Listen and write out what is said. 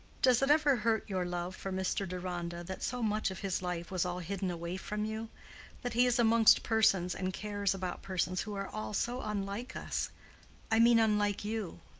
does it ever hurt your love for mr. deronda that so much of his life was all hidden away from you that he is amongst persons and cares about persons who are all so unlike us i mean unlike you?